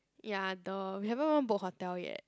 ya duh we haven't even book hotel yet